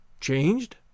Changed